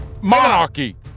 monarchy